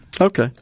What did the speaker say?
Okay